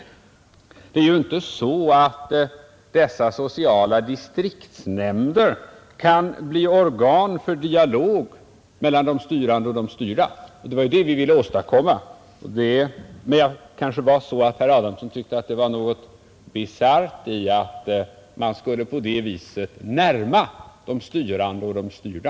Det är inte så att dessa sociala distriktsnämnder kan bli organ för en dialog mellan styrande och styrda, och det var ju det vi ville åstadkomma. Kanske herr Adamsson tyckte att det var något bisarrt i att man skulle på det viset närma de styrande till de styrda.